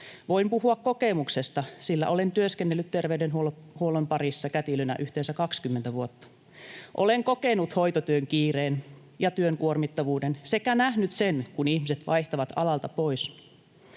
Voin puhua kokemuksesta, sillä olen työskennellyt terveydenhuollon parissa kätilönä yhteensä 20 vuotta. Olen kokenut hoitotyön kiireen ja työn kuormittavuuden sekä nähnyt sen, kun ihmiset vaihtavat alalta pois.